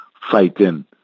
fighting